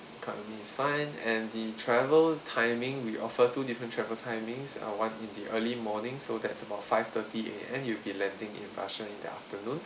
economy is fine and the travel timing we offer two different travel timings uh one in the early morning so that's about five thirty A_M you'll be landing in russia in the afternoon